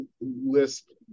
list